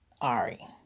Ari